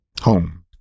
home